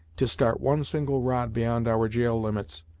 to start one single rod beyond our gaol limits,